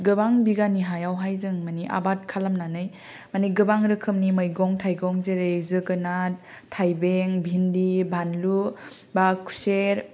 गोबां बिगानि हायाव हाय जों मानि आबाद खालामनानै मानि गोबां रोखोमनि मैगं थाइगं जेरै जोगोनाद थाइबें बिन्दि बानलु बा खुसेर